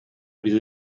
wieder